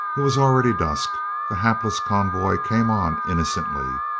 it was already dusk. the hapless convoy came on innocently.